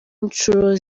incuro